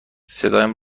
صدایم